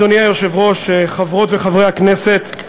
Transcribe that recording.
אדוני היושב-ראש, חברות וחברי הכנסת,